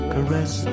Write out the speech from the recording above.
Caress